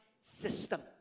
system